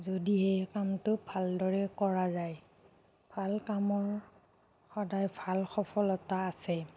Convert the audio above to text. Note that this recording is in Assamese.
যদিহে সেই কামটো ভাল দৰে কৰা যায় ভাল কামৰ সদায় ভাল সফলতা আছে